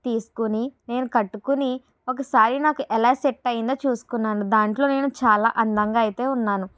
తీసుకొని నేను కట్టుకుని ఒకసారి నాకు ఎలా సెట్ అయిందో చూసుకున్నాను దాంట్లో నేను చాలా అందంగా అయితే ఉన్నాను